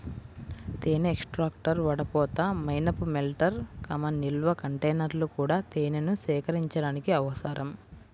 తేనె ఎక్స్ట్రాక్టర్, వడపోత, మైనపు మెల్టర్, నిల్వ కంటైనర్లు కూడా తేనెను సేకరించడానికి అవసరం